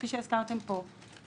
כפי שהזכרתם פה,